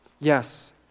Yes